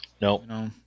No